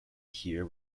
here